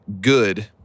good